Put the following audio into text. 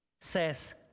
says